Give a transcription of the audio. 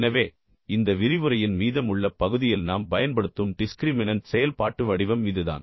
எனவே இந்த விரிவுரையின் மீதமுள்ள பகுதியில் நாம் பயன்படுத்தும் டிஸ்க்ரிமினன்ட் செயல்பாட்டு வடிவம் இதுதான்